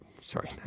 Sorry